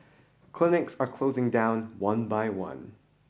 clinics are closing down one by one